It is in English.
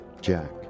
jack